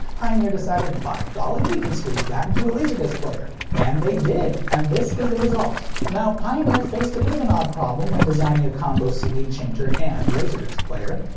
pioneer decided, by golly, we can squeeze that into a laserdisc player! and they did! and this is the result. now, pioneer faced a bit of an odd problem when designing a combo cd changer and laserdisc player.